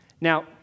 Now